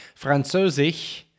Französisch